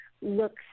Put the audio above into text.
looks